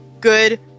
good